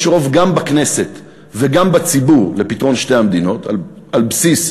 רוב גם בכנסת וגם בציבור לפתרון שתי המדינות על בסיס,